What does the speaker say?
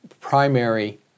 primary